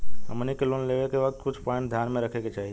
हमनी के लोन लेवे के वक्त कुछ प्वाइंट ध्यान में रखे के चाही